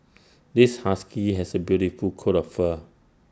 this husky has A beautiful coat of fur